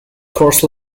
course